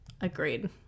agreed